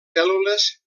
cèl·lules